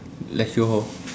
lecture hall